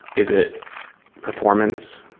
is it performance?